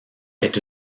est